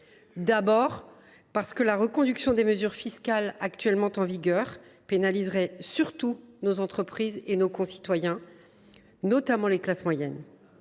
D’abord, parce que la reconduction des mesures fiscales actuellement en vigueur pénaliserait surtout nos entreprises et nos concitoyens, notamment les classes moyennes.